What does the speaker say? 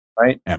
right